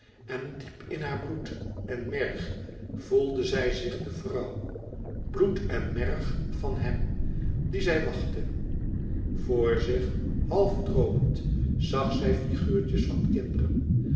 en diep in haar bloed en merg voelde zij zich de vrouw bloed en merg van hem dien zij wachtte vr zich half droomend zag zij figuurtjes van kinderen